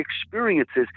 experiences